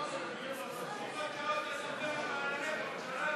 מה אתה עושה עם זה?